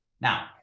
Now